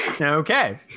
Okay